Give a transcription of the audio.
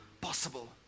possible